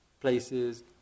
places